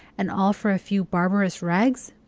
and all for a few barbarous rags!